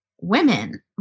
women